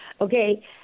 Okay